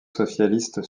socialistes